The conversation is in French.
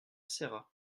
serra